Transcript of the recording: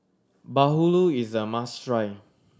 Bahulu is a must try